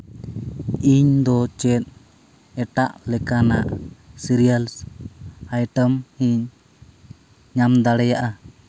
ᱤᱧᱫᱚ ᱪᱮᱫ ᱮᱴᱟᱜ ᱞᱮᱠᱟᱱᱟᱜ ᱥᱤᱨᱤᱭᱟᱞ ᱟᱭᱴᱮᱢ ᱤᱧ ᱧᱟᱢ ᱫᱟᱲᱮᱭᱟᱜᱼᱟ